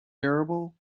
durable